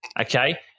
Okay